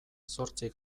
zortzi